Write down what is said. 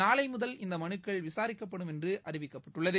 நாளை முதல் இந்த மனுக்கள் விசாரிக்கப்படும் என்று அறிவிக்கப்பட்டுள்ளது